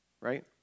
right